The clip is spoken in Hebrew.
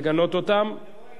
גם זה לא נכון,